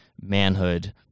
manhood